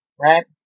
right